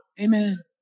Amen